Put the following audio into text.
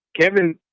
Kevin